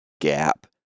gap